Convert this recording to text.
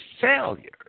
failure